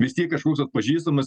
vis tiek kažkoks atpažįstamas